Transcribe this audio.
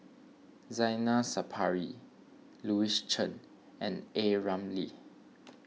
Zainal Sapari Louis Chen and A Ramli